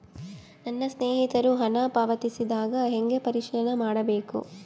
ನನ್ನ ಸ್ನೇಹಿತರು ಹಣ ಪಾವತಿಸಿದಾಗ ಹೆಂಗ ಪರಿಶೇಲನೆ ಮಾಡಬೇಕು?